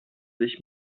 sich